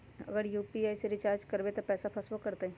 अगर हम यू.पी.आई से रिचार्ज करबै त पैसा फसबो करतई?